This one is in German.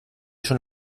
schon